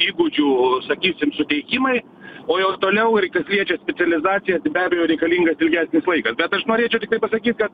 įgūdžių sakysim suteikimai o jau toliau ir kas liečia specializaciją be abejo reikalingas ilgesnis laikas bet aš norėčiau tiktai pasakyt kad